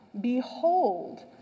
behold